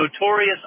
Notorious